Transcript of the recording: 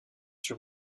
sur